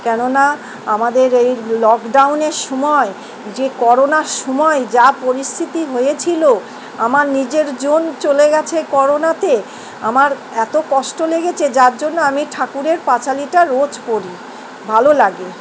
কেননা আমাদের এই লকডাউনের সময় যে করোনার সময় যা পরিস্থিতি হয়েছিল আমার নিজের জন চলে গেছে করোনাতে আমার এত কষ্ট লেগেছে যার জন্য আমি ঠাকুরের পাঁচালিটা রোজ পড়ি ভালো লাগে